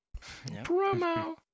Promo